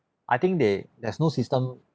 I think they there's no system